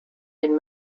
den